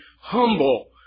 humble